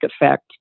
effect